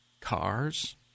cars